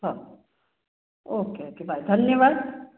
हो okay okay bye धन्यवाद